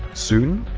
soon,